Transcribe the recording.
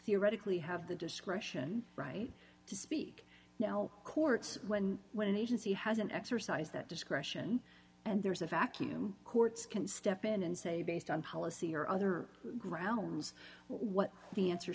theoretically have the discretion right to speak now courts when when an agency has an exercise that discretion and there's a vacuum courts can step in and say based on policy or other grounds what the answer